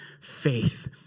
faith